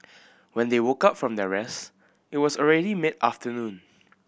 when they woke up from their rest it was already mid afternoon